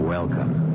Welcome